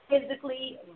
physically